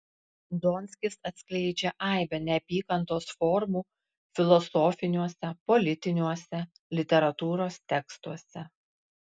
donskis atskleidžia aibę neapykantos formų filosofiniuose politiniuose literatūros tekstuose